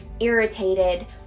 irritated